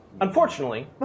Unfortunately